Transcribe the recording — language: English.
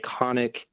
iconic